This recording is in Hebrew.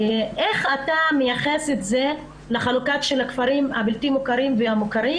איך אתה מייחס את זה לחלוקה בין הכפרים הבלתי מוכרים והמוכרים?